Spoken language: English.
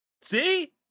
See